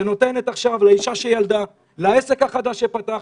שנותנת עכשיו לאישה שילדה, לעסק החדש שנפתח,